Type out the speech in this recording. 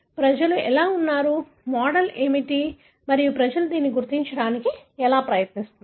ప్రజలు ఎలా ఉన్నారు మోడల్ ఏమిటి మరియు ప్రజలు దీనిని గుర్తించడానికి ఎలా ప్రయత్నిస్తున్నారు